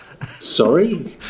Sorry